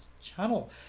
channel